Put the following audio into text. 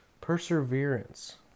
Perseverance